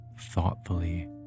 thoughtfully